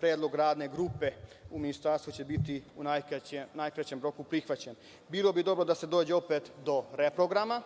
predlog radne grupe u Ministarstvu će biti u najkraćem roku prihvaćen. Bilo bi dobro da se dođe opet do reprograma.